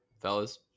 fellas